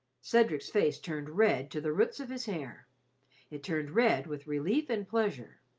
cedric's face turned red to the roots of his hair it turned red with relief and pleasure.